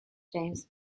james